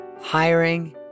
hiring